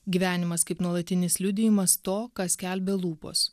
gyvenimas kaip nuolatinis liudijimas to ką skelbė lūpos